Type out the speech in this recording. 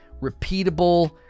repeatable